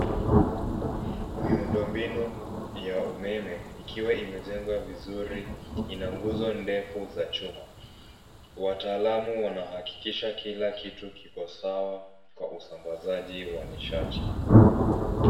Miundombinu ya umeme ikiwa imejengwa vizuri ina nguzo ndefu za chuma. Wataalamu wanahakikisha kila kitu kiko sawa kwa usambazaji wa nishati.